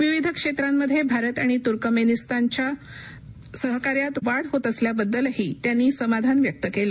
विविध क्षेत्रांमध्ये भारत आणि तुर्कमेनिस्तान दरम्यानच्या सहकार्यात वाढ होत असल्याबद्दलही त्यांनी समाधान व्यक्त केलं